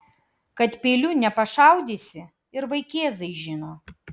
kad peiliu nepašaudysi ir vaikėzai žino